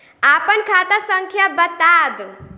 आपन खाता संख्या बताद